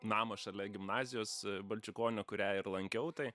namą šalia gimnazijos balčikonio kurią ir lankiau tai